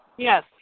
Yes